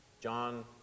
John